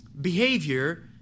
behavior